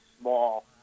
small